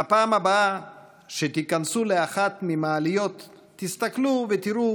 בפעם הבאה שתיכנסו לאחת המעליות תסתכלו ותראו